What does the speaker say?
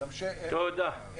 של המשך היערכות.